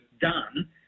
done